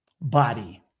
body